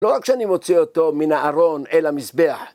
לא רק שאני מוציא אותו מן הארון אל המזבח.